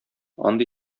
андый